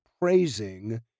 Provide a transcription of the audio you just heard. praising